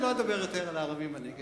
יש לי ערבים חברים יותר מאשר